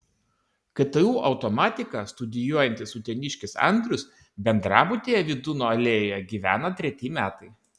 ktu automatiką studijuojantis uteniškis andrius bendrabutyje vydūno alėjoje gyvena treti metai